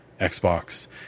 xbox